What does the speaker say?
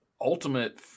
ultimate